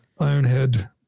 Ironhead